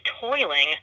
toiling